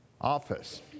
office